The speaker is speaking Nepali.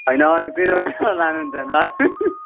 होइन अरूकै नभए लानु हुन्छ भने लानु